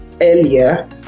earlier